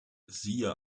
siehe